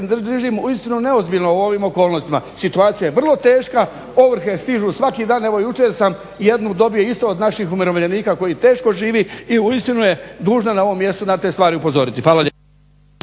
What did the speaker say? držim uistinu neozbiljno u ovim okolnostima. Situacija je vrlo teška, ovrhe stižu svaki dan. Evo jučer sam jednu dobio isto od naših umirovljenika koji teško žive i uistinu je dužnost na ovom mjestu na te stvari upozoriti. Hvala lijepa.